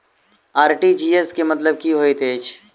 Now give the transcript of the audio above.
RTGS केँ मतलब की हएत छै?